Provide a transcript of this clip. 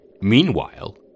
Meanwhile